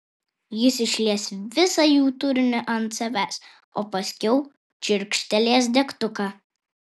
jis išlies visą jų turinį ant savęs o paskiau čirkštelės degtuką